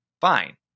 fine